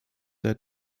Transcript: der